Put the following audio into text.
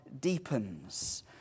deepens